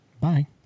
Bye